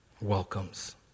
welcomes